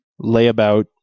layabout